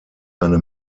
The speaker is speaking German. eine